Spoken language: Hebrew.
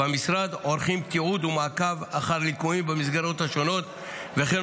במשרד עורכים תיעוד ומעקב אחר ליקויים במסגרות השונות וכן